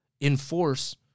enforce